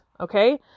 Okay